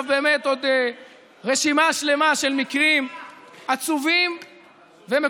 יכולתי לעבור עכשיו באמת על עוד רשימה שלמה של מקרים עצובים ומקוממים.